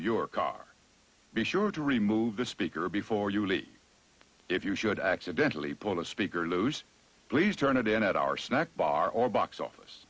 your car be sure to remove the speaker before you leave if you should accidentally pull the speaker loose please turn it in at our snack bar or box office